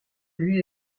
lui